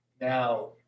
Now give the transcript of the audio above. Now